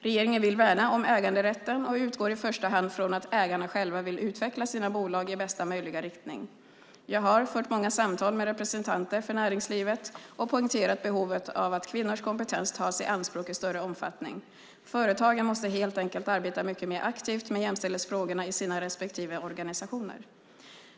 Regeringen vill värna om äganderätten och utgår i första hand från att ägarna själva vill utveckla sina bolag i bästa möjliga riktning. Jag har fört många samtal med representanter för näringslivet och poängterat behovet av att kvinnors kompetens tas i anspråk i större omfattning. Företagen måste helt enkelt arbeta mycket mer aktivt med jämställdhetsfrågorna i sina respektive organisationer.